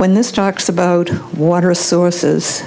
when this talks about water sources